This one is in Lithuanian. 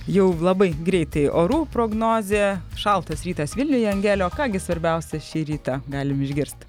jau labai greitai orų prognozė šaltas rytas vilniuje angele ką gi svarbiausia šį rytą galim išgirst